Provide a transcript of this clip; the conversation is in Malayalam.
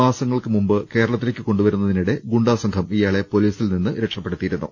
മാസങ്ങൾക്കുമുമ്പ് കേരളത്തിലേക്ക് കൊണ്ടുവരുന്ന തിനിടെ ഗുണ്ടാസംഘം ഇയാളെ പൊലീസിൽ നിന്ന് രക്ഷപ്പെടുത്തിയിരുന്നു